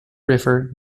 river